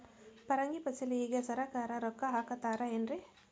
ಪರಂಗಿ ಫಸಲಿಗೆ ಸರಕಾರ ರೊಕ್ಕ ಹಾಕತಾರ ಏನ್ರಿ?